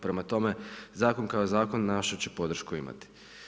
Prema tome, zakon kao zakon, našu će podršku imati.